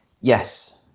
yes